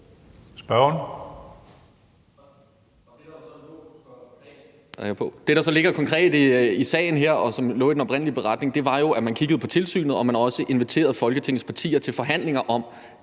Agersnap (SF): Det, der så ligger konkret i sagen her, og som lå i den oprindelige beretning, var jo, at man kiggede på tilsynet, og at man også inviterede Folketingets partier til forhandlinger om